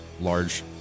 large